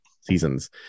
seasons